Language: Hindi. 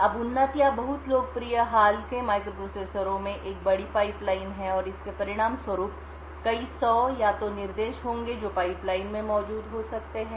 अब उन्नत या बहुत लोकप्रिय हाल के माइक्रोप्रोसेसरों में एक बड़ी पाइपलाइन है और इसके परिणामस्वरूप कई सौ या तो निर्देश होंगे जो पाइपलाइन में मौजूद हो सकते हैं